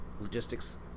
logistics